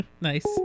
Nice